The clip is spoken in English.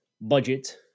budget